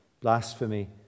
blasphemy